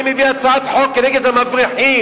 אני אביא הצעת חוק כנגד המבריחים,